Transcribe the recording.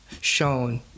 Shown